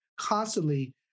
constantly